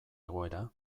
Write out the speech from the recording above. egoera